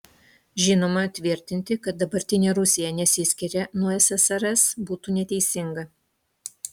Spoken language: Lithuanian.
žinoma tvirtinti kad dabartinė rusija nesiskiria nuo ssrs būtų neteisinga